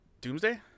Doomsday